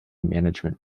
management